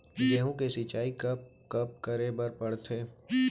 गेहूँ के सिंचाई कब कब करे बर पड़थे?